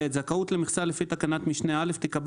זכאות למכסה לפי תקנת משנה (א) תיקבע